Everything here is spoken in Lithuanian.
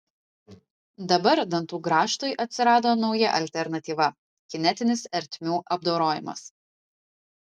dabar dantų grąžtui atsirado nauja alternatyva kinetinis ertmių apdorojimas